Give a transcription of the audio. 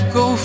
go